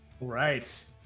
Right